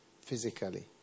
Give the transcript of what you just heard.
physically